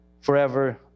forever